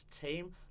team